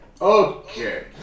Okay